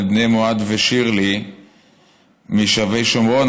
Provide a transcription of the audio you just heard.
משבי שומרון,